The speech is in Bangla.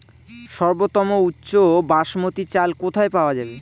সর্বোওম উচ্চ বাসমতী চাল কোথায় পওয়া যাবে?